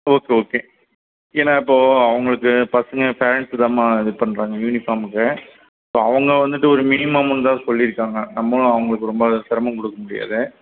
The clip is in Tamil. ஓகே ஓகே ஏன்னால் இப்போது அவர்களுக்கு பசங்கள் பேரண்ட்ஸ் தாம்மா இது பண்ணுறாங்க யூனிஃபார்முக்கு ஸோ அவங்க வந்துட்டு ஒரு மினிமம் அமௌண்ட் தான் சொல்லியிருக்காங்க நம்மளும் அவர்களுக்கு ரொம்ப சிரமம் கொடுக்க முடியாது